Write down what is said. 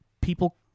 people